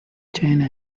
china